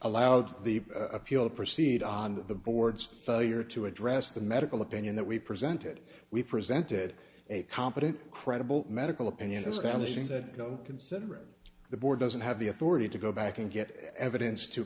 allowed the appeal to proceed on the board's failure to address the medical opinion that we presented we presented a competent credible medical opinion establishing that considering the board doesn't have the authority to go back and get evidence to